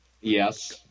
Yes